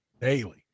daily